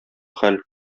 хәл